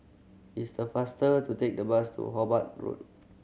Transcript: it's the faster to take the bus to Hobart Road